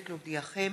להודיעכם,